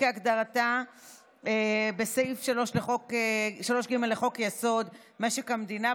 כהגדרתה בסעיף 3ג לחוק-יסוד: משק המדינה,